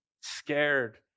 scared